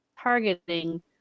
targeting